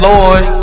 Lord